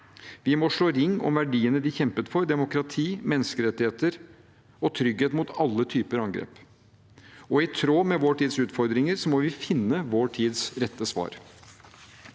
Vi må slå ring om verdiene de kjempet for: demokrati, menneskerettigheter og trygghet mot alle typer angrep, og i tråd med vår tids utfordringer må vi finne vår tids rette svar.